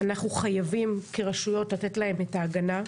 אנחנו חייבים כרשויות לתת להם את ההגנה.